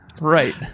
Right